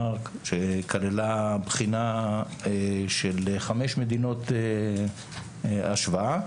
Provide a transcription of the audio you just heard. בחינה של חמש מדינות השוואה.